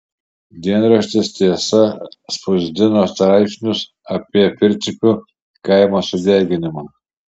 dienraštis tiesa spausdino straipsnius apie pirčiupių kaimo sudeginimą